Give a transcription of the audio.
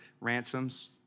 ransoms